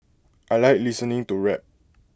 I Like listening to rap